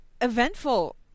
Eventful